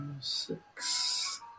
six